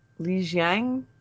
lijiang